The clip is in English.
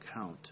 count